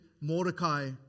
Mordecai